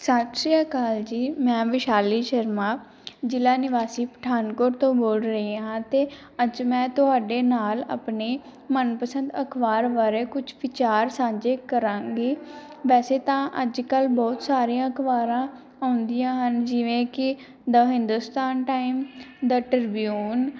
ਸਤਿ ਸ਼੍ਰੀ ਅਕਾਲ ਜੀ ਮੈਂ ਵਿਸ਼ਾਲੀ ਸ਼ਰਮਾ ਜ਼ਿਲ੍ਹਾ ਨਿਵਾਸੀ ਪਠਾਨਕੋਟ ਤੋਂ ਬੋਲ ਰਹੀ ਹਾਂ ਅਤੇ ਅੱਜ ਮੈਂ ਤੁਹਾਡੇ ਨਾਲ ਆਪਣੇ ਮਨਪਸੰਦ ਅਖਬਾਰ ਬਾਰੇ ਕੁਝ ਵਿਚਾਰ ਸਾਂਝੇ ਕਰਾਂਗੀ ਵੈਸੇ ਤਾਂ ਅੱਜ ਕੱਲ ਬਹੁਤ ਸਾਰੀਆਂ ਅਖਬਾਰਾਂ ਆਉਂਦੀਆਂ ਹਨ ਜਿਵੇ ਕਿ the Hindustan Time the Tribune